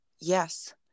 yes